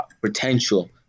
potential